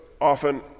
often